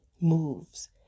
moves